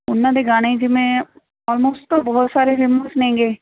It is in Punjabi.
ਉਹਨਾਂ ਦੇ ਗਾਣੇ ਜਿਵੇਂ ਔਲਮੋਸਟ ਤਾਂ ਬਹੁਤ ਸਾਰੇ ਫੇਮਸ ਨੇਗੇ